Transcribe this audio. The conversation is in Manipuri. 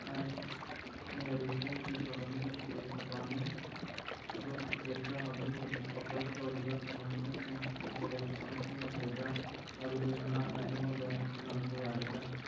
ꯍꯥꯏ ꯑꯩ ꯂꯥꯏꯔꯤꯛ ꯐꯣꯡꯕꯒꯤ ꯊꯧꯔꯝꯒꯤ ꯇꯤꯛꯀꯦꯠꯁꯤꯡ ꯄꯥꯝꯃꯤ ꯑꯗꯣꯝ ꯇꯤꯛꯀꯦꯠꯇ ꯍꯧꯖꯤꯛ ꯍꯧꯖꯤꯛ ꯑꯣꯐꯔ ꯇꯧꯔꯤꯕ ꯄ꯭ꯔꯃꯣꯁꯟꯁꯤꯡ ꯅꯠꯇ꯭ꯔꯒ ꯗꯤꯁꯀꯥꯎꯟꯁꯤꯡꯒ ꯂꯩꯕ꯭ꯔꯥ ꯍꯥꯏꯕꯗꯨ ꯅꯍꯥꯛꯅ ꯑꯩꯉꯣꯟꯗ ꯈꯪꯍꯜꯂꯛꯄ ꯌꯥꯒꯗ꯭ꯔꯥ